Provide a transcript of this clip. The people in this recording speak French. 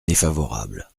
défavorable